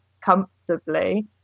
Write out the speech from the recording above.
comfortably